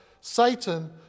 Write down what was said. Satan